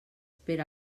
per